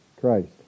Christ